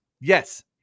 Yes